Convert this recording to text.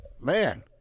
man